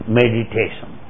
meditation